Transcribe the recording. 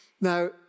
Now